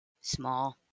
small